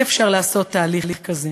אי-אפשר לעשות תהליך כזה.